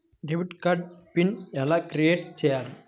Debit card PIN ఎలా create చెయ్యాలి?